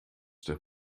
der